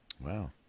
Wow